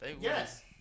Yes